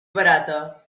barata